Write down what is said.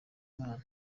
imana